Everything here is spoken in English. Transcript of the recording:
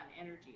energy